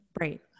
Right